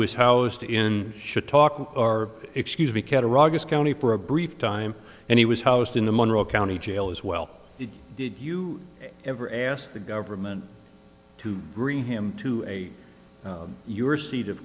was housed in should talk or excuse me cata ragas county for a brief time and he was housed in the monreal county jail as well did you ever ask the government to bring him to a your seat of